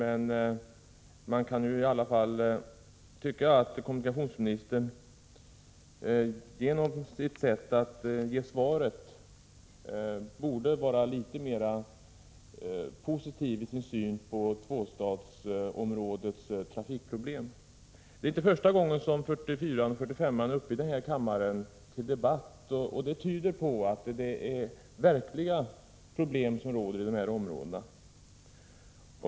Men man kan väl i alla fall tycka att kommunikationsministern i sitt svar borde ha gett uttryck för en litet mer positiv syn på tvåstadsområdets trafikproblem. Det är inte första gången som riksvägarna 44 och 45 är uppe till debatt här i kammaren. Det tyder på att det verkligen finns problem i de aktuella områdena.